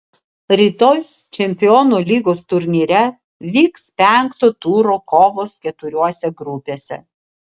rytoj čempionų lygos turnyre vyks penkto turo kovos keturiose grupėse